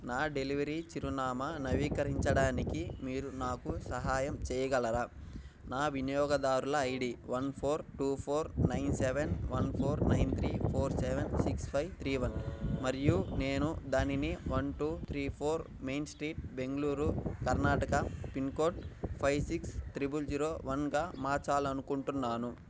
నా డెలివరీ చిరునామా నవీకరించడానికి మీరు నాకు సహాయం చేయగలరా నా వినియోగదారుల ID one four two four nine seven one four nine three four seven six five three one మరియు నేను దానిని one two three four main street Bengaluru Karnataka pin code five six triple zero వన్గా మార్చాలనుకుంటున్నాను